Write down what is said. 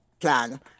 plan